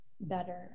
better